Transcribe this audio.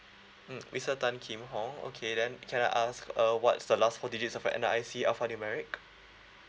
mm mister tan kim hong okay then can I ask uh what's the last four digits of your N_R_I_C alpha numeric